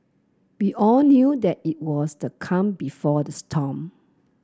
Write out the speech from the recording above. we all knew that it was the calm before the storm